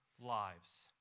lives